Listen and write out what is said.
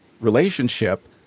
relationship